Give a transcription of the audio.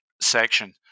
section